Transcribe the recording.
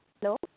Hello